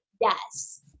Yes